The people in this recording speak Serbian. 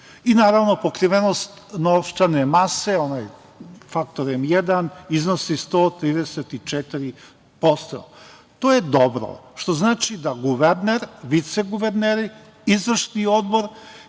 i naravno pokrivenost novčane mase, onaj faktor M1 iznosi 134%. To je dobro, što znači da guverner, viceguverneri, izvršni odbor